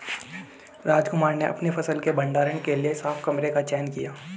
रामकुमार ने अपनी फसल के भंडारण के लिए साफ कमरे का चयन किया